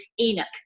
Enoch